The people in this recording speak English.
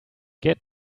get